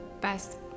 best